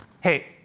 hey